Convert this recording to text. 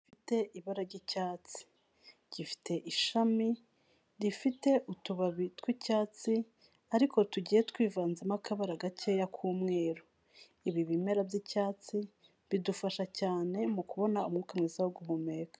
Gifite ibara ry'icyatsi, gifite ishami rifite utubabi tw'icyatsi ariko tugiye twivanzemo akabara gakeya k'umweru, ibi bimera by'icyatsi bidufasha cyane mu kubona umwuka mwiza wo guhumeka.